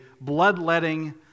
bloodletting